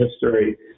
history